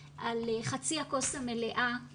על חצי הכוס המלאה,